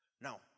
Now